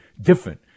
different